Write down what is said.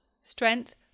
strength